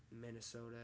Minnesota